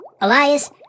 Elias